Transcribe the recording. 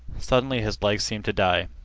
suddenly his legs seemed to die.